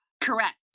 Correct